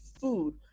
food